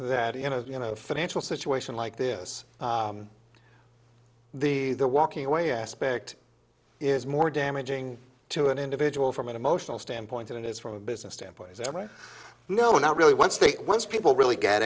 that you know you know financial situation like this the the walking away aspect is more damaging to an individual from an emotional standpoint it is from a business standpoint is that right no not really once they once people really get